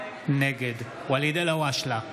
נגד ואליד אלהואשלה,